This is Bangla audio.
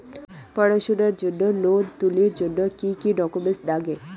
পড়াশুনার জন্যে লোন তুলির জন্যে কি কি ডকুমেন্টস নাগে?